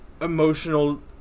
emotional